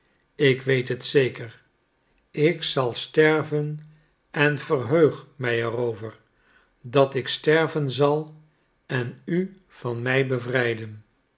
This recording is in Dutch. ik weet het zeker ik zal sterven en verheug mij er over dat ik sterven zal en u van mij bevrijden